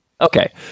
Okay